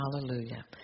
Hallelujah